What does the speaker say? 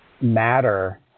matter